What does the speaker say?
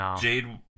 Jade